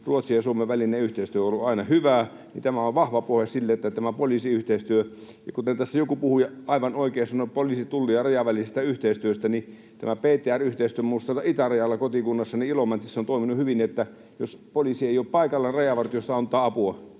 Ruotsin ja Suomen välinen yhteistyö on ollut aina hyvää, ja tämä on vahva pohja sille, että tämä poliisiyhteistyö... Ja kuten tässä joku puhuja aivan oikein sanoi poliisin, Tullin ja Rajan välisestä yhteistyöstä, niin tämä PTR-yhteistyö muun muassa tuolla itärajalla kotikunnassani Ilomantsissa on toiminut hyvin. Jos poliisi ei ole paikalla, Rajavartiosto antaa apua.